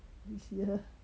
this year